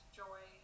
joy